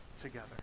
together